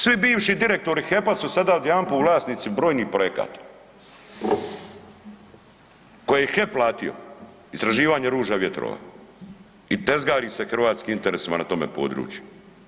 Svi bivši direktori HEP-a su sada odjedanput vlasnici brojnih projekata koje je HEP platio, istraživanje ruža vjetrova i dezgari se hrvatskim interesima na tome području.